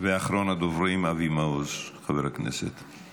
אחרון הדוברים, חבר הכנסת אבי מעוז.